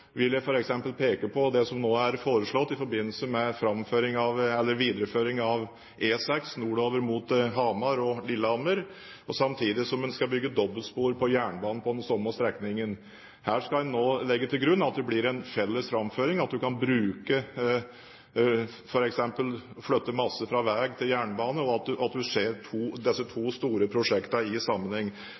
vil jeg peke på det som nå er foreslått i forbindelse med videreføring av E6 nordover mot Hamar og Lillehammer, samtidig som en skal bygge dobbeltspor på jernbanen på den samme strekningen. Her skal en nå legge til grunn at det blir en felles framføring – en kan f.eks. flytte masse fra vei til jernbane – slik at en ser disse to store prosjektene i sammenheng.